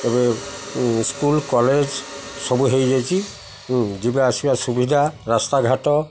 ଏବେ school college ସବୁ ହେଇଯାଇଛି ଯିବା ଆସିବା ସୁବିଧା ରାସ୍ତାଘାଟ